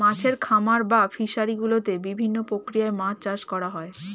মাছের খামার বা ফিশারি গুলোতে বিভিন্ন প্রক্রিয়ায় মাছ চাষ করা হয়